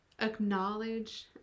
acknowledge